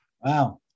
Wow